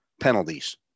penalties